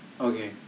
Okay